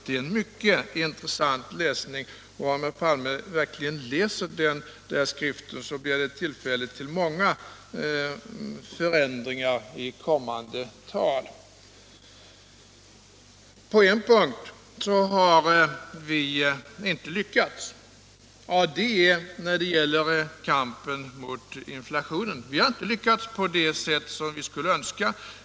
Det är en mycket intressant läsning och om herr Palme verkligen läser den skriften blir det tillfälle till många förändringar i kommande tal. På en punkt har vi inte lyckats, och det är när det gäller kampen mot inflationen. Vi har inte lyckats på det sätt som vi skulle önska.